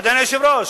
אדוני היושב-ראש,